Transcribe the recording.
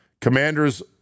Commanders